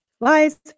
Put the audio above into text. lies